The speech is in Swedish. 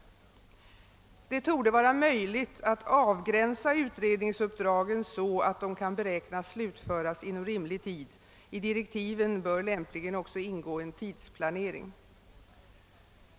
Det torde vara möjligt att avgränsa utredningsuppdragen så, att de kan beräknas slutföras inom rimlig tid — i direktiven bör lämpligen ingå en tidsplanering.